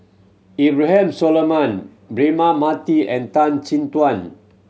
Abraham Solomon Braema Mathi and Tan Chin Tuan